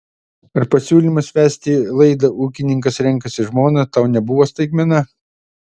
ar pasiūlymas vesti laidą ūkininkas renkasi žmoną tau nebuvo staigmena